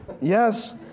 Yes